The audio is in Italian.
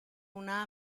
una